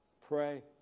Pray